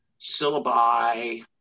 syllabi